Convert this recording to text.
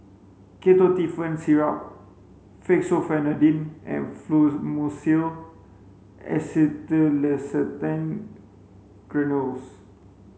Ketotifen Syrup Fexofenadine and Fluimucil Granules